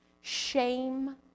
shame